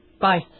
Bye